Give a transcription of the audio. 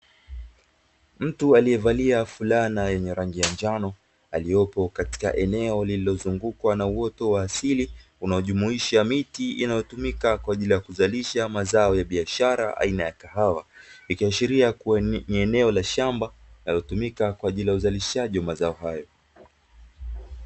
Mtu aliyevalia fulana ya rangi ya njano aliyopo katika eneo lililozungukwa na uoto wa asili, unaojumuisha miti inayotumika kwa ajili kuzalisha mazao ya biashara aina ya kahawa ikiashiria kuwa ni eneo la shamba linalotumika kwa ajili ya uzalishaji wa mazao hayo.